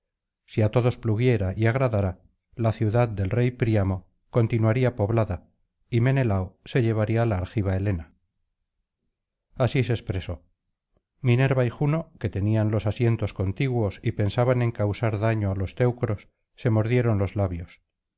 si á todos pluguiera y agradara la ciudad del rey príamo continuaría poblada y menelao se llevaría la argiva helena así se expresó minerva y juno que tenían los asientos contiguos y pensaban en causar daño á los teucros se mordieron los labios